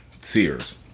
Sears